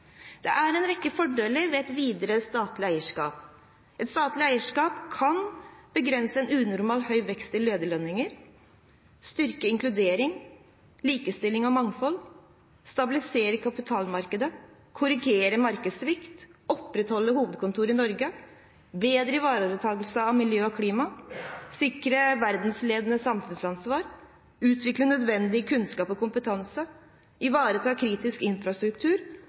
Det er en rekke fordeler ved et videre statlig eierskap. Et statlig eierskap kan begrense en unormalt høy vekst i lederlønninger styrke inkludering, likestilling og mangfold stabilisere kapitalmarkedet korrigere markedssvikt opprettholde hovedkontor i Norge bedre ivaretakelsen av miljø og klima sikre verdensledende samfunnsansvar utvikle nødvendig kunnskap og kompetanse ivareta kritisk infrastruktur